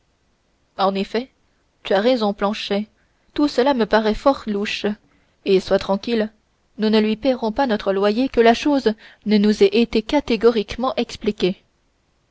en effet tu as raison planchet tout cela me paraît fort louche et sois tranquille nous ne lui paierons pas notre loyer que la chose ne nous ait été catégoriquement expliquée